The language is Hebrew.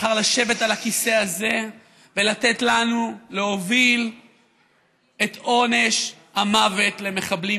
בחר לשבת על הכיסא הזה ולתת לנו להוביל את עונש המוות למחבלים,